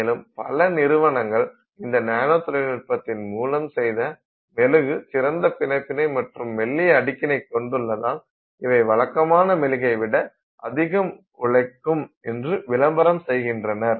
மேலும் பல நிறுவனங்கள் இந்த நானோ தொழில்நுட்பத்தின் மூலம் செய்த மெழுகு சிறந்த பிணைப்பினை மற்றும் மெல்லிய அடுக்கினை கொண்டுள்ளதால் இவை வழக்கமான மெழுகை விட அதிகம் உழைக்கும் என்று விளம்பரம் செய்கின்றனர்